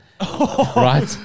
right